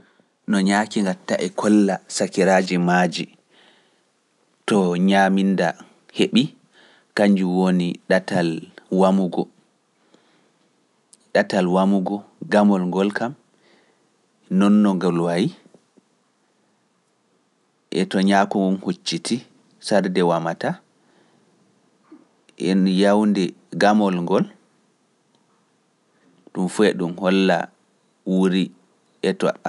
No ñaaki ŋgatta e kolla sakiraaji maaji to ñaaminda heɓi, kanjum woni ɗatal wamugo, ɗatal wamugo gamol ngol nonno ngol wayi, to ngu hucciti e yawude gamol ngol.